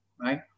right